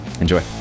Enjoy